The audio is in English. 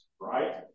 right